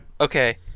okay